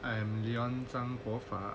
I am leon zhang guo fa